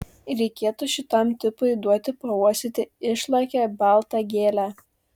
reikėtų šitam tipui duoti pauostyti išlakią baltą gėlę